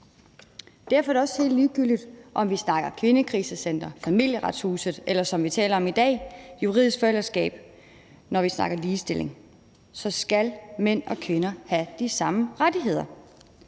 Derfor er det også helt ligegyldigt, om vi snakker kvindekrisecentre, Familieretshuset eller, som vi taler om i dag, juridisk forældreskab, for når vi snakker ligestilling, skal mænd og kvinder have de samme rettigheder.